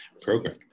program